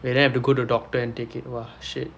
wait then have to go to doctor and take it !wah! shit